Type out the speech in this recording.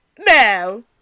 No